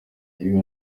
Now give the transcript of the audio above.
iba